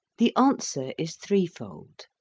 the answer is threefold.